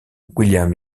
william